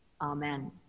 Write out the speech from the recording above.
Amen